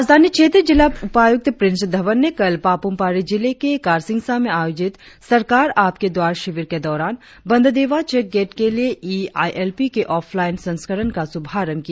राजधानी क्षेत्र जिला उपायुक्त प्रिंस धवन ने कल पापुम पारे जिले के कारसिंगसा में आयोजित सरकार आपके द्वार शिविर के दौरान बंदरदेवा चेक गेट के लिए इ आईएलपी के ऑफलाइन संस्करण का शुभारंभ किया